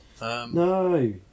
No